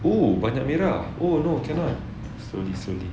oh banyak merah oh no cannot slowly slowly